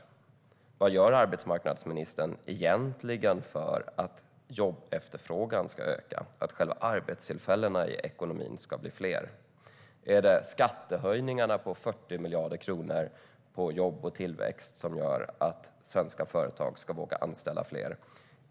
Vad gör arbetsmarknadsministern egentligen för att jobbefterfrågan ska öka, att själva arbetstillfällena i ekonomin ska bli fler? Är det skattehöjningarna på 40 miljarder kronor på jobb och tillväxt som gör att svenska företag ska våga anställda fler?